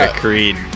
creed